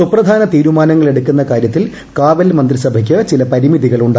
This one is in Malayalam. സുപ്രധാന തീരുമാനങ്ങൾ എടുക്കുന്ന കാര്യത്തിൽ കാവൂൽ മന്ത്രി സഭയ്ക്ക് ചില പരിമിതികൾ ഉണ്ട്